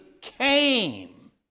came